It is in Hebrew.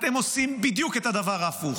אתם עושים בדיוק את הדבר ההפוך,